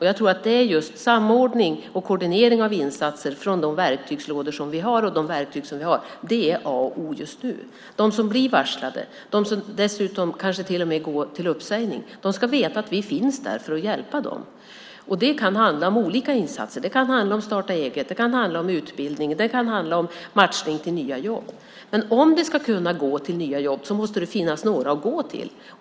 Jag tror att samordning och koordinering av insatser med hjälp av verktyg från de verktygslådor som vi har är A och O just nu. De som blir varslade och som kanske till och med blir uppsagda ska veta att vi finns där för att hjälpa dem. Det kan handla om olika insatser. Det kan handla om att starta eget. Det kan handla om utbildning. Det kan handla om matchning till nya jobb. Men om de ska kunna gå till nya jobb måste det finnas några jobb att gå till.